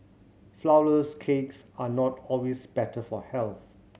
flourless cakes are not always better for health